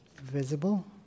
visible